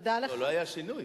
לא, לא היה שינוי.